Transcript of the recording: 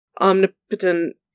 omnipotent